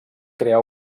crear